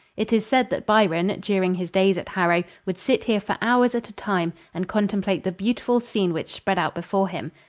it is said that byron, during his days at harrow, would sit here for hours at a time and contemplate the beautiful scene which spread out before him.